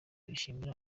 yishimira